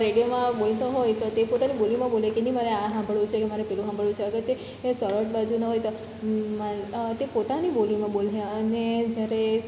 રેડિયોમાં બોલતો હોય તો તે પોતાની બોલીમાં બોલે કે નહીં મારે આ સાંભળવું છે કે મારે પેલું સાંભળવું છે અગર તે એ સૌરાષ્ટ બાજુમાં હોય તે તે પોતાની બોલીમાં બોલશે અને જ્યારે